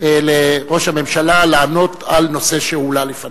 לראש הממשלה לענות על נושא שהועלה לפניו.